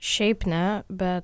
šiaip ne bet